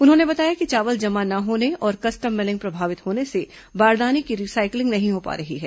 उन्होंने बताया कि चावल जमा न होने और कस्टम मीलिंग प्रभावित होने से बारदाने की रिसाइकलिंग नहीं हो पा रही है